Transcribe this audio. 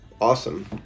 Awesome